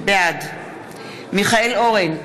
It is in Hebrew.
בעד מיכאל אורן,